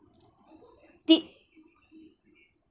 did